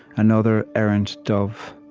another errant dove.